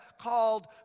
called